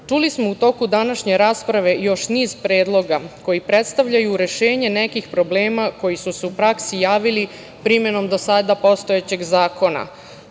Čuli smo u toku današnje rasprave još niz predloga koji predstavljaju rešenje nekih problema koji su se u praksi javili primenom do sada postojećeg zakona,